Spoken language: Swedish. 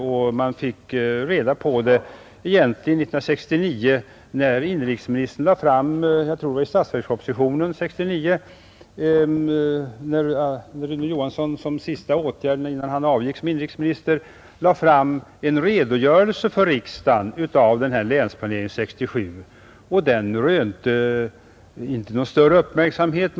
En redogörelse för Länsplanering 1967 lades fram för riksdagen år 1969 — jag tror det var i statsverkspropositionen — som en sista åtgärd av den dåvarande inrikesministern Rune Johansson innan han avgick. Den rönte inte någon större uppmärksamhet.